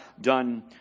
done